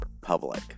public